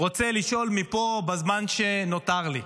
רוצה לשאול מפה בזמן שנותר לי: